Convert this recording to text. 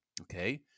okay